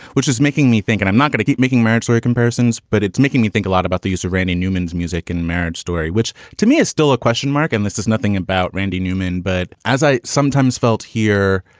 which is making me think and i'm not going to keep making marriage comparisons, but it's making me think a lot about the use of randy newman's music and marriage story, which to me is still a question mark. and this is nothing about randy newman. but as i sometimes felt here,